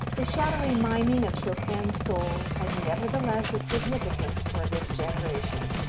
the shadowy miming of chopin's soul has nevertheless a significance for this generation.